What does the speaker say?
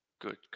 good